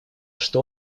что